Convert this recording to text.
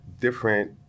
different